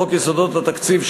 חוק יסודות התקציב,